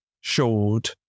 showed